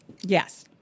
Yes